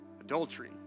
adultery